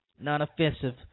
non-offensive